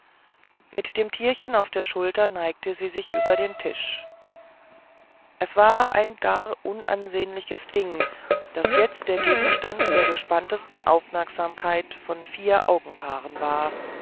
mit dem tierchen auf der schulter neigte sie sich über den tisch es war ein gar unansehnliches ding das jetzt der gegenstand der gespanntesten aufmerksamkeit von vier augenpaaren war